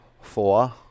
Four